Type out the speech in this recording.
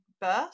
birth